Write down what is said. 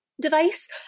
device